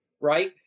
Right